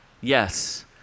Yes